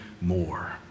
more